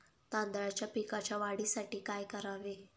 तांदळाच्या पिकाच्या वाढीसाठी काय करावे?